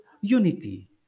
Unity